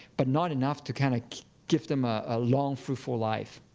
but not enough to kind of give them a long, fruitful life.